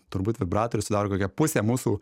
turbūt vibratorius sudaro kokią pusę mūsų